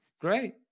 Great